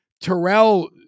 Terrell